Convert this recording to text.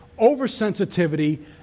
oversensitivity